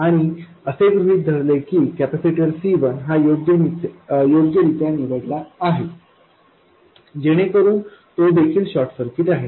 आणि आपण असे गृहित धरले की कॅपेसिटर C1 हा योग्यरित्या निवडला आहे जेणेकरून तो देखील शॉर्ट सर्किट आहे